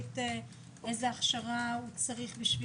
איזו הכשרה הוא צריך?